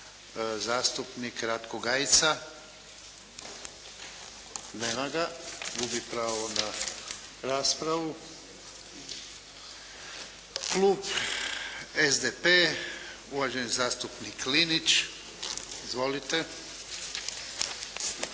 zastupnik Ratko Gajica. Nema ga? Gubi pravo na raspravu. Klub SDP uvaženi zastupnik Linić. Izvolite.